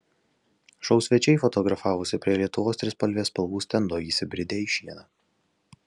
šou svečiai fotografavosi prie lietuvos trispalvės spalvų stendo įsibridę į šieną